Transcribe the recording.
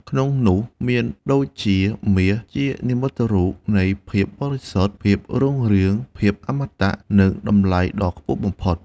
ក្នុងនោះមាន ដូចជា មាស ជានិមិត្តរូបនៃភាពបរិសុទ្ធ ភាពរុងរឿង ភាពអមតៈ និងតម្លៃដ៏ខ្ពស់បំផុត។